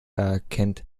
erkennt